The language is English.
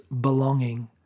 belonging